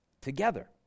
together